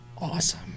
Awesome